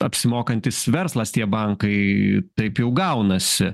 apsimokantis verslas tie bankai taip jau gaunasi